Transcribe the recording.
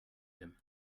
him